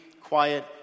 quiet